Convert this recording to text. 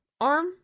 arm